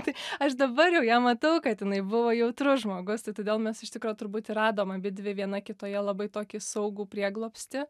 tai aš dabar jau ją matau kad jinai buvo jautrus žmogus tai todėl mes iš tikro turbūt ir radom abidvi viena kitoje labai tokį saugų prieglobstį